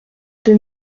deux